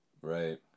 Right